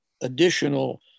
additional